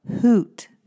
hoot